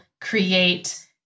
create